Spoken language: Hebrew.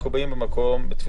במקום "48 השעות"